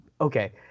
okay